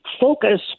focus